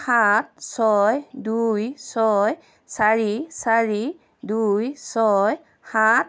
সাত ছয় দুই ছয় চাৰি চাৰি দুই ছয় সাত